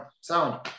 sound